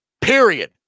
Period